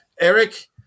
Eric